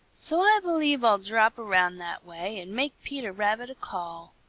so i believe i'll drop around that way and make peter rabbit a call.